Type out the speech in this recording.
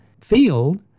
field